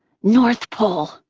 north pole